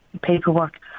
paperwork